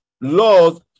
laws